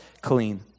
clean